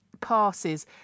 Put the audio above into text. passes